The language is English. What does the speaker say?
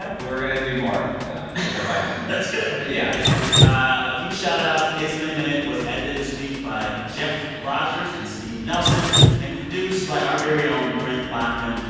ah we're going to do more of them is the plan that's good but yeah a few shoutouts it's been a minute was edited this week by jeff rogers and steve nelson and produced by our very own brent baughman.